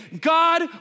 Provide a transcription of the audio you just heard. God